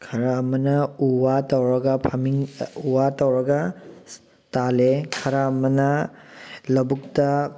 ꯈꯔ ꯑꯃꯅ ꯎ ꯋꯥ ꯇꯧꯔꯒ ꯐꯥꯝꯃꯤꯡ ꯎ ꯋꯥ ꯇꯧꯔꯒ ꯇꯥꯜꯂꯤ ꯈꯔ ꯑꯃꯅ ꯂꯧꯕꯨꯛꯇ